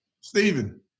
Stephen